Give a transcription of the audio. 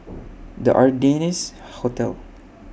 The Ardennes Hotel